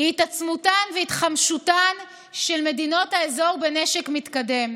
היא התעצמותן והתחמשותן של מדינות האזור בנשק מתקדם.